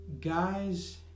guys